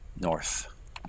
north